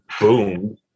boom